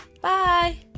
Bye